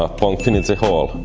ah pongfinity hall!